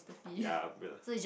ya a bit lah